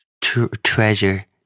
Treasure